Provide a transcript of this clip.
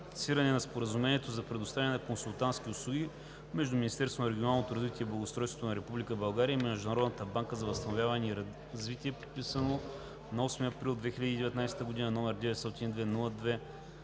на Споразумението за предоставяне на консултантски услуги между Министерството на регионалното развитие и благоустройството на Република България и Международната банка за възстановяване и развитие, подписано на 8 април 2019 г., №